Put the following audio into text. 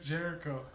Jericho